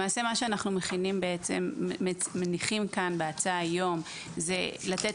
למעשה מה שאנו מניחים פה בהצעה היום זה לתת